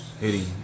Hitting